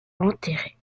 enterrer